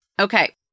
Okay